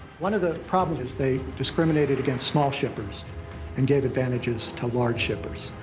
one of the problems is they discriminated against small shippers and gave advantages to large shippers.